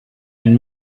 and